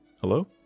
Hello